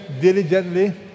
diligently